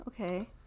okay